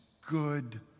good